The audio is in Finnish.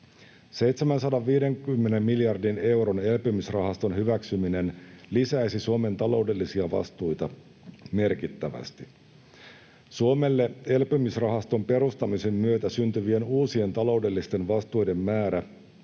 750 miljardin euron elpymisrahaston hyväksyminen lisäisi Suomen taloudellisia vastuita merkittävästi. Suomelle elpymisrahaston perustamisen myötä syntyvien uusien taloudellisten vastuiden määrä